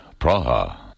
Praha